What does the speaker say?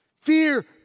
Fear